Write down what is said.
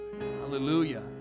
Hallelujah